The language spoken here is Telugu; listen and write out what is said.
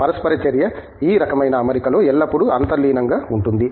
పరస్పర చర్య ఈ రకమైన అమరికలో ఎల్లప్పుడూ అంతర్లీనంగా ఉంటుంది